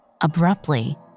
Abruptly